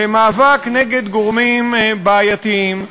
למאבק נגד גורמים בעייתיים,